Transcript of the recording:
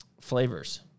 flavors